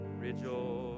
rejoice